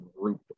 group